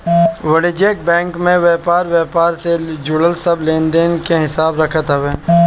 वाणिज्यिक बैंक में व्यापार व्यापार से जुड़ल सब लेनदेन के हिसाब होत हवे